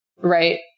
right